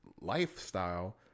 lifestyle